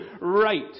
right